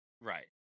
Right